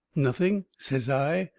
nothing, says i.